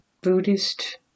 Buddhist